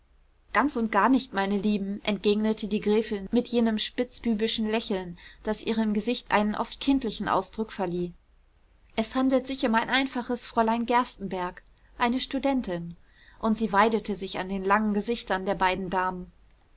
ganz und gar nicht meine lieben entgegnete die gräfin mit jenem spitzbübischen lächeln das ihrem gesicht einen oft kindlichen ausdruck verlieh es handelt sich um ein einfaches fräulein gerstenbergk eine studentin und sie weidete sich an den langen gesichtern der beiden damen